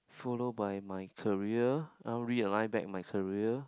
follow by my career I want realign back my career